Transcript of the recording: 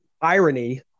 irony